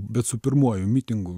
bet su pirmuoju mitingu